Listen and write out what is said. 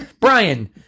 Brian